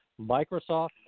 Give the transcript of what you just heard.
Microsoft